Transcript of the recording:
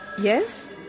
Yes